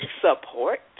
support